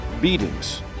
Beatings